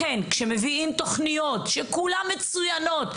לכן כשמביאים תוכניות שכולם מצוינות,